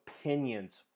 opinions